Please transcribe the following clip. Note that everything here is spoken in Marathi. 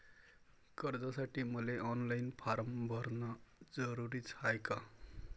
कर्जासाठी मले ऑनलाईन फारम भरन जरुरीच हाय का?